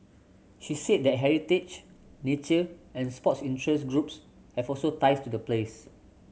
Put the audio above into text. she said that heritage nature and sports interest groups have also ties to the place